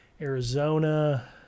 Arizona